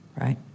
right